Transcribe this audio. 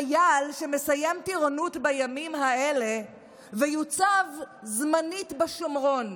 חייל שמסיים טירונות בימים האלה ויוצב זמנית בשומרון,